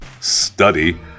study